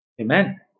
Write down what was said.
Amen